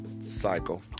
Cycle